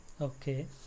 okay